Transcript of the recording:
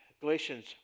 Galatians